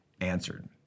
answered